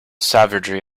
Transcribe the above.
savagery